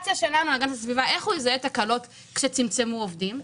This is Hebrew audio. איך הוא יזהה תקלות כשצמצמו עובדים?